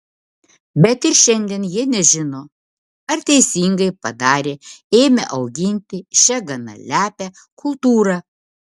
bet ir šiandien jie nežino ar teisingai padarė ėmę auginti šią gana lepią kultūrą